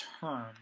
term